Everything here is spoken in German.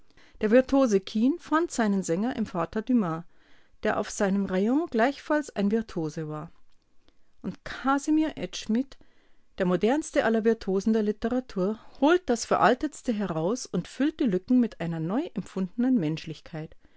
der virtuose kean fand seinen sänger im vater dumas der auf seinem rayon gleichfalls ein virtuose war und kasimir edschmid der modernste aller virtuosen der literatur holt das veraltetste heraus und füllt die lücken mit einer neu empfundenen menschlichkeit